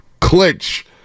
clinch